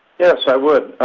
yes, i would.